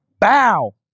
bow